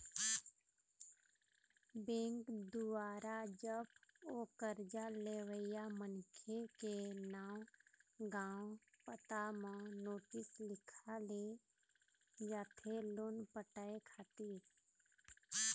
bank दुवारा जब ओ करजा लेवइया मनखे के नांव गाँव पता म नोटिस निकाले जाथे लोन पटाय खातिर